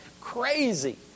crazy